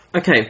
Okay